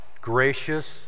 gracious